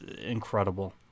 incredible